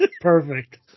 Perfect